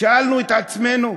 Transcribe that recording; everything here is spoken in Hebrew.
שאלנו את עצמנו: